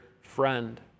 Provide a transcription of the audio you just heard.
friend